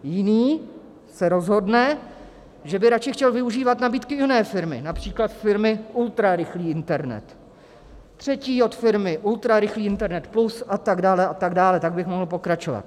Jiný se rozhodne, že by radši chtěl využívat nabídky jiné firmy, například firmy Ultra rychlý internet, třetí od firmy Ultra rychlý internet plus a tak dále a tak dále, tak bych mohl pokračovat.